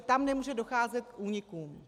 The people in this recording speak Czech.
Tam nemůže docházet k únikům.